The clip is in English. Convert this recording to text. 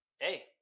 Hey